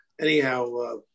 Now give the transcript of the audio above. anyhow